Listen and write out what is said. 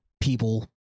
people